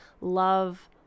love